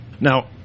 Now